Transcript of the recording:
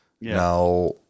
Now